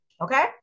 Okay